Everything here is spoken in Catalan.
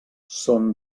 són